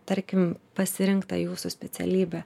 tarkim pasirinktą jūsų specialybę